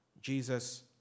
Jesus